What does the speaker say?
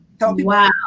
Wow